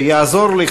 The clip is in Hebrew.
יעזור לי,